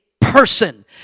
person